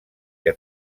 que